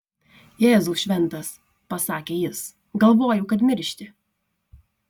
jėzau šventas pasakė jis galvojau kad miršti